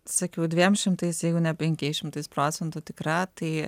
sakiau dviem šimtais jeigu ne penkiais šimtais procentų tikra tai